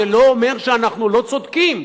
זה לא אומר שאנחנו לא צודקים.